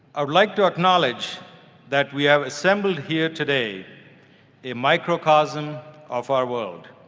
i would like to acknowledge that we have assembled here today a microcosm of our world.